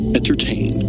entertain